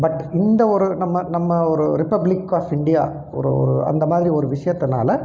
but இந்த ஒரு நம்ம நம்ம ஒரு ரிபப்லிக் ஆஃப் இந்தியா ஒரு ஒரு அந்த மாதிரி ஒரு விஷயத்துனால்